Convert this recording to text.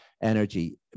energy